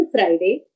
Friday